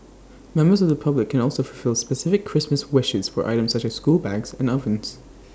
members of the public can also fulfil specific Christmas wishes for items such as school bags and ovens